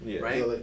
Right